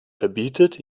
verbietet